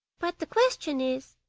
but the question is,